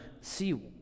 see